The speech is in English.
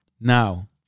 Now